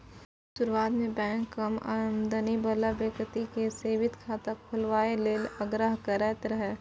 शुरुआत मे बैंक कम आमदनी बला बेकती केँ सेबिंग खाता खोलबाबए लेल आग्रह करैत रहय